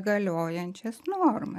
galiojančias norma